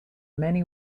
many